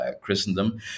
Christendom